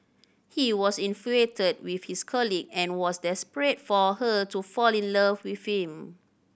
he was infatuated with his colleague and was desperate for her to fall in love with him